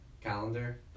Calendar